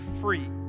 free